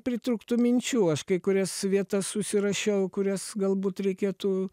pritrūktų minčių aš kai kurias vietas susirašiau kurias galbūt reikėtų